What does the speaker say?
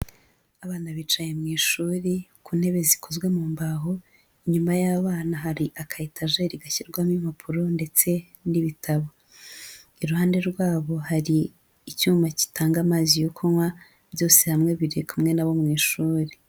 Abana bicaye mu ishuri ku ntebe zikozwe mu mbahoho, inyuma y'abana hari akayetajeri gashyirwamo impapuro ndetse n'ibitabo, iruhande rwabo hari icyuma gitanga amazi yo kunywa, byose hamwe biri kumwe nabo mu ishuri.